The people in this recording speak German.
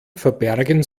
verbergen